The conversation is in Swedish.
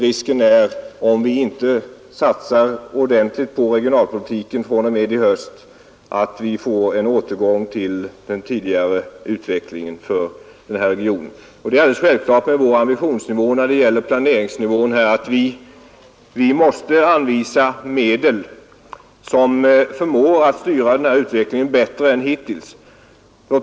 Risken är, om vi inte satsar ordentligt på regionalpolitiken fr.o.m. i höst, att vi får en återgång till den tidigare utvecklingen för den här regionen. Med våra ambitioner när det gäller planeringsnivån är det också självklart att vi måste anvisa medel som förmår styra utvecklingen bättre än hittills.